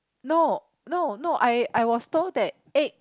no no no I I was told that egg